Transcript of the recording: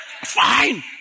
Fine